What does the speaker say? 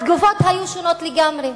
התגובות היו שונות לגמרי.